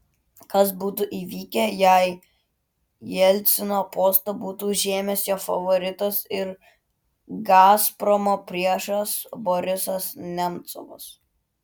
kas būtų įvykę jei jelcino postą būtų užėmęs jo favoritas ir gazpromo priešas borisas nemcovas